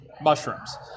mushrooms